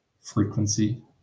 frequency